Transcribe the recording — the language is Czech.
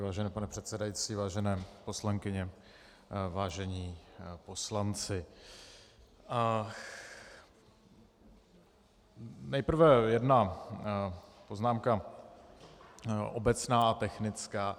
Vážený pane předsedající, vážené poslankyně, vážení poslanci, nejprve jedna poznámka obecná a technická.